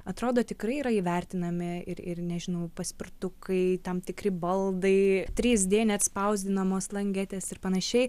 atrodo tikrai yra įvertinami ir ir nežinau paspirtukai tam tikri baldai trys dė net spausdinamos longetės ir panašiai